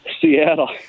Seattle